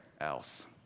else